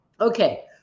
Okay